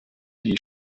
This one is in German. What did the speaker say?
die